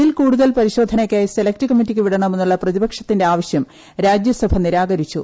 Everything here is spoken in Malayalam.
ബിൽ കൂടുതൽ പരിശോധനയ്ക്കായി സെലക്ട് കമ്മിറ്റിക്ക് വിടണമെന്നുള്ള പ്രതിപക്ഷത്തിന്റെ ആവശ്യം രാജ്യസഭ നിരാകരിച്ചു